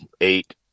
eight